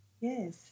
Yes